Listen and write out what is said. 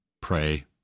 pray